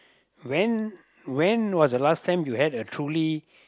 when when was the last time you had a truly